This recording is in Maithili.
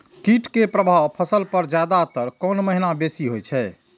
कीट के प्रभाव फसल पर ज्यादा तर कोन महीना बेसी होई छै?